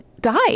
died